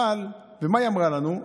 ומה היא אמרה לנו?